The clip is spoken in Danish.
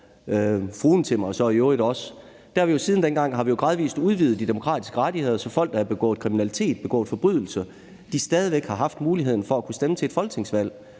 folkehold og så i øvrigt også fruentimmere. Siden dengang har vi jo gradvist udvidet de demokratiske rettigheder, så folk, der har begået forbrydelser, stadig væk har haft muligheden for at kunne stemme til et folketingsvalg.